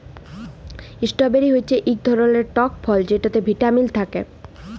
strawberry হচ্যে ইক ধরলের টক ফল যেটতে ভিটামিল থ্যাকে